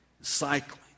Cycling